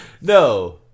No